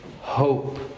hope